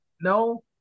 no